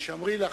הישמרי לך,